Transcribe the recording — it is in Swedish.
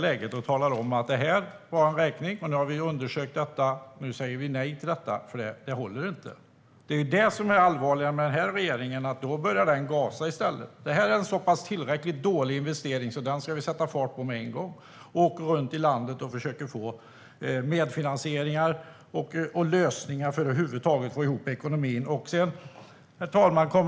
Man talar om att man har räknat på och undersökt saken och att man säger nej eftersom det inte håller. Det är det som är det allvarliga med den här regeringen; då börjar den att gasa i stället. Detta är en tillräckligt dålig investering, så den ska vi sätta fart på med en gång, tänker regeringen. Man åker runt i landet och försöker få medfinansieringar och lösningar för att över huvud taget få ihop ekonomin. Herr talman!